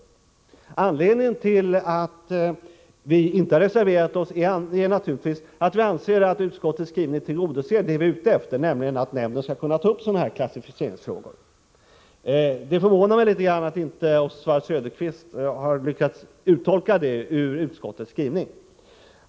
Anledningen till att vi inte har reserverat oss är naturligtvis att vi anser att utskottets skrivning tillgodoser det vi är ute efter, nämligen att nämnden skall kunna ta upp klassificeringsfrågor. Det förvånar mig litet grand att inte Oswald Söderqvist har lyckats uttolka detta ur utskottets skrivning.